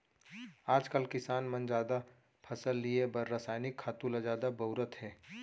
आजकाल किसान मन जादा फसल लिये बर रसायनिक खातू ल जादा बउरत हें